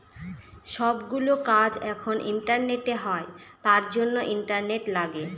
সব গুলো কাজ এখন ইন্টারনেটে হয় তার জন্য ইন্টারনেট লাগে